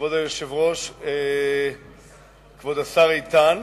כבוד היושב-ראש, כבוד השר איתן